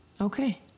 okay